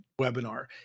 webinar